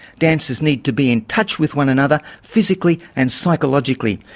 dancers need to be in touch with one another physically and psychologically.